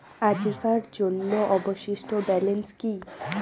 আজিকার জন্য অবশিষ্ট ব্যালেন্স কি?